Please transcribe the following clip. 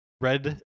red